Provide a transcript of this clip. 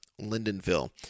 Lindenville